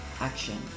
action